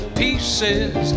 pieces